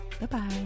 Bye-bye